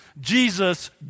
Jesus